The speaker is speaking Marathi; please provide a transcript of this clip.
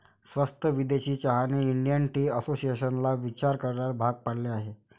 स्वस्त विदेशी चहाने इंडियन टी असोसिएशनला विचार करायला भाग पाडले आहे